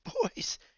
boys